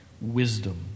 wisdom